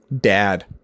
dad